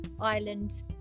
Ireland